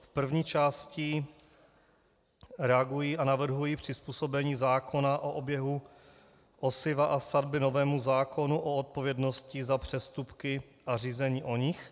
V první části reaguji a navrhuji přizpůsobení zákona o oběhu osiva a sadby novému zákonu o odpovědnosti za přestupky a řízení o nich.